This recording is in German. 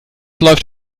läuft